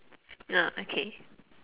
ah okay